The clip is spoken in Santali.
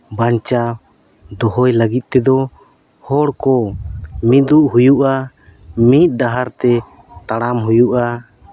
ᱵᱟᱧᱪᱟᱣ ᱫᱚᱦᱚᱭ ᱞᱟᱹᱜᱤᱫ ᱛᱮᱫᱚ ᱦᱚᱲ ᱠᱚ ᱢᱤᱫᱚᱜ ᱦᱩᱭᱩᱜᱼᱟ ᱢᱤᱫ ᱰᱟᱦᱟᱨᱛᱮ ᱛᱟᱲᱟᱢ ᱦᱩᱭᱩᱜᱼᱟ